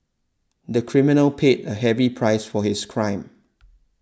the criminal paid a heavy price for his crime